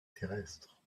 terrestre